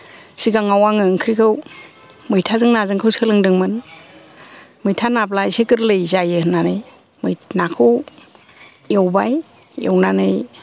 सिगाङाव आङो ओंख्रिखौ मैथाजों नाजोंखौ सोलोंदोंमोन मैथा नाब्ला इसे गोरलै जायो होन्नानै मै नाखौ एवबाय एवनानै